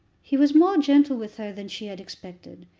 he was more gentle with her than she had expected,